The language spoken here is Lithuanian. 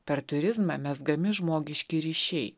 per turizmą mezgami žmogiški ryšiai